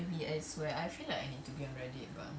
it is where I feel like you need to be ready it but